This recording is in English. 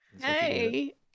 Hey